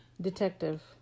Detective